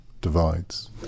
divides